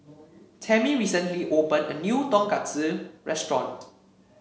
Tammi recently opened a new Tonkatsu restaurant